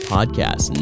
Podcast